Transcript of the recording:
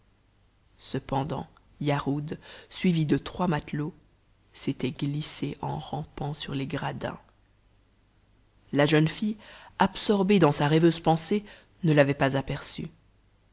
cependant yarhud suivi de trois matelots s'était glissé en rampant sur les gradins la jeune fille absorbée dans sa rêveuse pensée ne l'avait pas aperçu